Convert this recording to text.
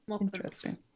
Interesting